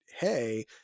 hey